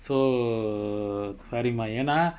so err சரிமா ஏன்னா:sarima yaenna